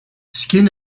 skin